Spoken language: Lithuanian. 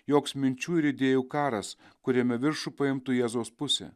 joks minčių ir idėjų karas kuriame viršų paimtų jėzaus pusė